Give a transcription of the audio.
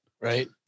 Right